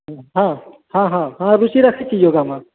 हँ हँ हँ हँ हँ रूचि रखए छी योगामे